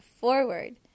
forward